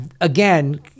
again